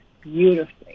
beautifully